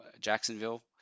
Jacksonville